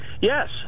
yes